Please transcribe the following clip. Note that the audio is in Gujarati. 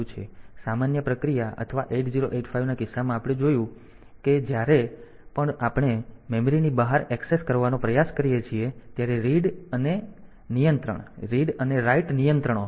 સામાન્ય પ્રક્રિયા અથવા 8085ના કિસ્સામાં આપણે જોયું છે કે જ્યારે પણ આપણે મેમરીની બહાર એક્સેસ કરવાનો પ્રયાસ કરીએ છીએ ત્યારે રીડ અને નિયંત્રણ રીડ અને રાઈટ નિયંત્રણો હતા